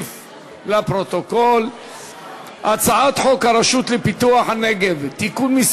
להפוך את הצעת חוק התכנון והבנייה (תיקון,